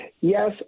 Yes